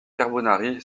carbonari